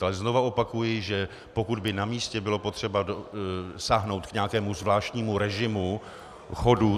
Ale znova opakuji, že pokud by na místě bylo potřeba sáhnout k nějakému zvláštnímu režimu chodu